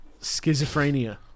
schizophrenia